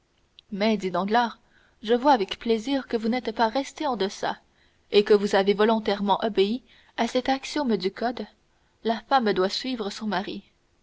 dit danglars je vois avec plaisir que vous n'êtes pas restée en deçà et que vous avez volontairement obéi à cet axiome du code la femme doit suivre son mari